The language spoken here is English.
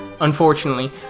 unfortunately